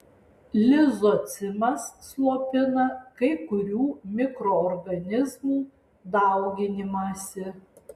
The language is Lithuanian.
lizocimas slopina kai kurių mikroorganizmų dauginimąsi